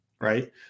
right